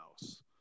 house